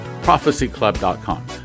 Prophecyclub.com